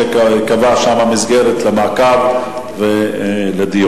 ותיקבע שם מסגרת למעקב ולדיון.